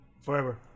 forever